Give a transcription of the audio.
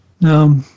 Now